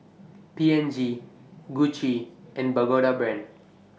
P and G Gucci and Pagoda Brand